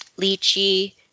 lychee